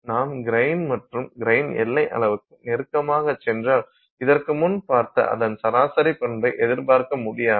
நாம் கிரைன் மற்றும் கிரைன் எல்லை அளவுக்கு நெருக்கமாக சென்றால் இதற்கு முன் பார்த்த அதன் சராசரி பண்பை எதிர்பார்க்க முடியாது